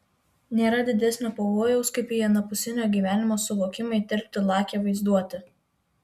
nėra didesnio pavojaus kaip į anapusinio gyvenimo suvokimą įterpti lakią vaizduotę